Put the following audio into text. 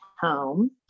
home